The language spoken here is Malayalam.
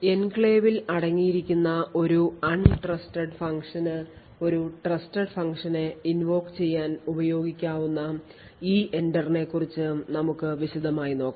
എൻക്ലേവിൽ അടങ്ങിയിരിക്കുന്ന ഒരു untrusted functionന് ഒരു trusted functionനെ invoke ചെയ്യാൻ ഉപയോഗിക്കാവുന്ന EENTERനെക്കുറിച്ച് നമുക്ക് വിശദമായി നോക്കാം